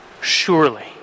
surely